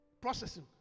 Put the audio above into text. Processing